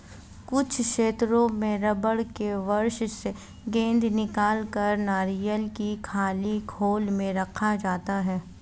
कुछ क्षेत्रों में रबड़ के वृक्ष से गोंद निकालकर नारियल की खाली खोल में रखा जाता है